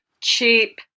Cheap